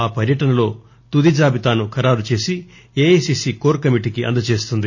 ఆ పర్యటనలో తుదిజాబితాను ఖరారు చేసి ఏఐసిసి కోర్ కమిటీకి అందజేస్తుంది